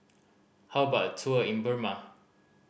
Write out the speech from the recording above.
how about a tour in Burma